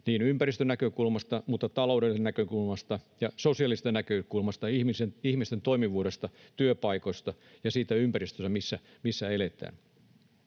miettiä ympäristönäkökulmasta, mutta myös talouden näkökulmasta ja sosiaalisesta näkökulmasta: ihmisten toimivuutta, työpaikkoja ja sitä ympäristöä, missä eletään.